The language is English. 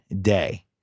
day